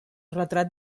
retrat